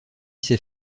ses